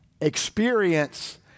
experience